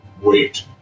wait